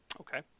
Okay